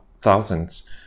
thousands